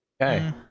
okay